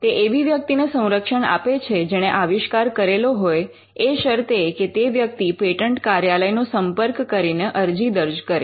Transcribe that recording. તે એવી વ્યક્તિને સંરક્ષણ આપે છે જેણે આવિષ્કાર કરેલો હોય એ શરતે કે તે વ્યક્તિ પેટન્ટ કાર્યાલય નો સંપર્ક કરીને અરજી દર્જ કરે